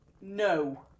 No